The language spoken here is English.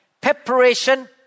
preparation